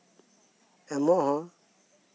ᱮᱢᱚᱜ ᱦᱚᱸ